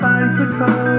Bicycle